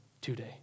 today